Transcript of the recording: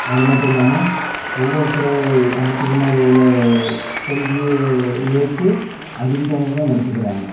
அது மட்டும் இல்லாமல் ஒவ்வொருத்தர் ஆன்டர்பிரனரோட கொள்கையை ஏற்று அதுக்கு தகுந்தமாதிரி நடத்துகிறாங்க